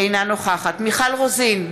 אינה נוכחת מיכל רוזין,